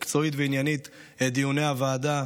מקצועית ועניינית את דיוני הוועדה,